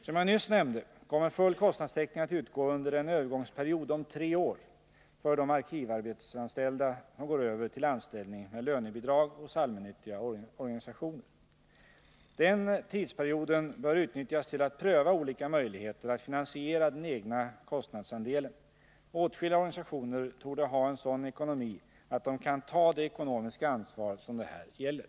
Som jag nyss nämnde kommer full kostnadstäckning att utgå under en övergångsperiod om tre år för de arkivarbetsanställda som går över till anställning med lönebidrag hos allmännyttiga organisationer. Den tidsperioden bör utnyttjas till att pröva olika möjligheter att finansiera den egna kostnadsandelen. Åtskilliga organisationer torde ha en sådan ekonomi att de kan ta det ekonomiska ansvar som det här gäller.